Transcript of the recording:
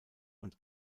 und